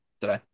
today